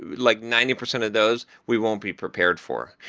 like ninety percent of those, we won't be prepared for.